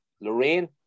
Lorraine